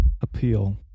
appeal